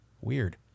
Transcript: Weird